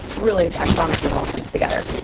really, i promise you it all comes together,